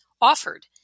offered